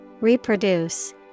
Reproduce